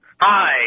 Hi